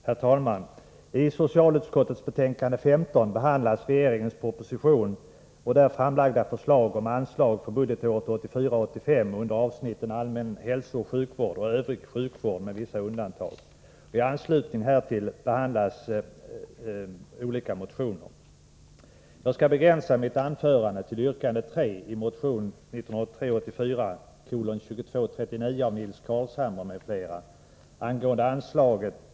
Herr talman! I socialutskottets betänkande 15 behandlas regeringens proposition och där framlagda förslag om anslag för budgetåret 1984/85 under avsnitten Allmän hälsooch sjukvård och Övrig sjukvård med vissa undantag. I anslutning härtill behandlas olika motioner.